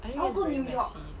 I think is very messy